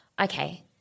Okay